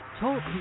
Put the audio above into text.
talk